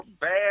bad